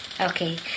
Okay